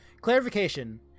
Clarification